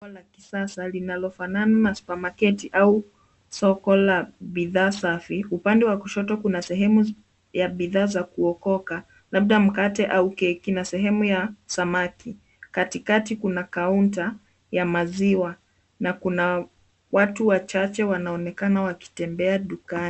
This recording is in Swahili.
Jengo la kisasa linalofanana na supamaketi au soko la bidhaa safi. Upande wa kushoto kuna sehemu ya bidhaa za kuokoka, labda mkate au keki, na sehemu ya samaki. Katikati kuna counter ya maziwa, na kuna watu wachache wanaoonekana wakitembea dukani.